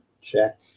check